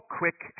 quick